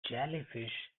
jellyfish